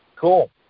Cool